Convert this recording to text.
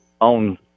on